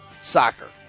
soccer